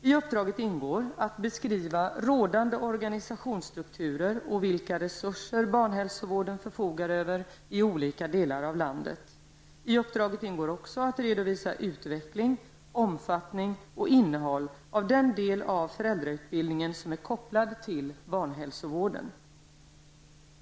I uppdraget ingår att beskriva rådande organisationsstrukturer och vilka resurser bara hälsovården förfogar över i olika delar av landet. I uppdraget ingår också att redovisa utveckling, omfattning och innehåll av den del av föräldrautbildningen som är kopplad till barnhälsovården.